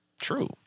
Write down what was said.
True